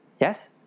Yes